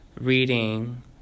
reading